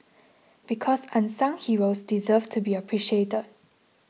because unsung heroes deserve to be appreciated